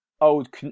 old